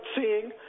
seeing